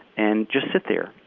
and just sit there,